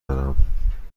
دارم